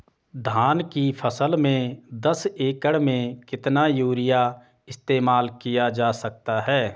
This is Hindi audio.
धान की फसल में दस एकड़ में कितना यूरिया इस्तेमाल किया जा सकता है?